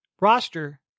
roster